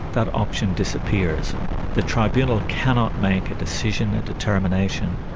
that option disappears the tribunal cannot make a decision, a determination,